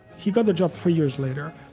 he got the job three years later.